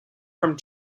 from